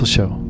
show